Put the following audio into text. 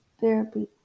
therapy